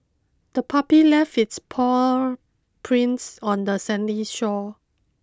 the puppy left its paw prints on the sandy shore